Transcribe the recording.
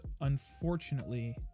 unfortunately